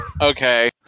Okay